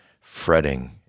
fretting